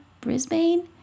Brisbane